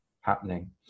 happening